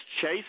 Chase